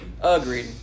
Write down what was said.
agreed